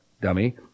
dummy